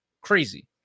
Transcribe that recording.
crazy